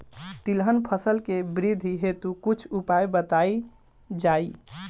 तिलहन फसल के वृद्धी हेतु कुछ उपाय बताई जाई?